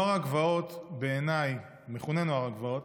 נוער הגבעות בעיניי, הוא מכונה "נוער הגבעות"